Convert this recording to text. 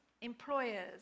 employers